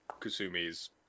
Kusumi's